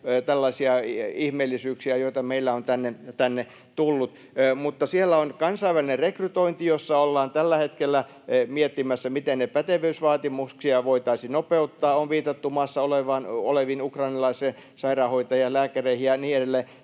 liittyviä ihmeellisyyksiä, joita meillä on tänne tullut. Siellä on kansainvälinen rekrytointi, jossa ollaan tällä hetkellä miettimässä, miten pätevyysvaatimuksia voitaisiin nopeuttaa. On viitattu maassa oleviin ukrainalaisiin sairaanhoitajiin ja lääkäreihin ja niin edelleen.